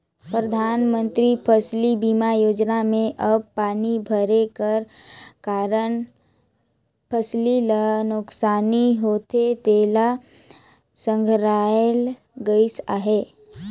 परधानमंतरी फसिल बीमा योजना में अब पानी भरे कर कारन फसिल ल नोसकानी होथे तेला संघराल गइस अहे